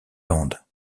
landes